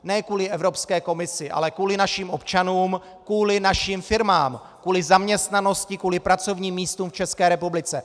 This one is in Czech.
Ne kvůli Evropské komisi, ale kvůli našim občanům, kvůli našim firmám, kvůli zaměstnanosti, kvůli pracovním místům v České republice.